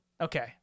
Okay